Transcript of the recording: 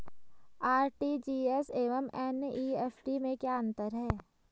RTGS एवं NEFT में क्या अंतर है?